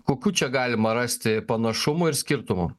kokių čia galima rasti panašumų ir skirtumų